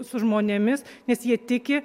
su žmonėmis nes jie tiki